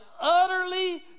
utterly